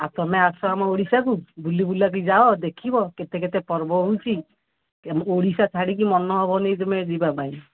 ଆଉ ତୁମେ ଆସ ଆମ ଓଡ଼ିଶାକୁ ବୁଲି ବୁଲାକି ଯାଅ ଦେଖିବ କେତେ କେତେ ପର୍ବ ହେଉଛି ଓଡ଼ିଶା ଛାଡ଼ିକି ମନ ହେବନି ତୁମେ ଯିବା ପାଇଁ